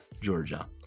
Georgia